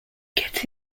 get